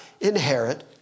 inherit